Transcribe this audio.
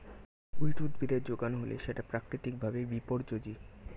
weed উদ্ভিদের যোগান হলে সেটা প্রাকৃতিক ভাবে বিপর্যোজী